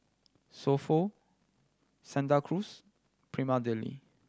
So Pho Santa Cruz Prima Deli